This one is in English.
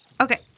Okay